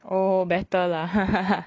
oh better lah hahaha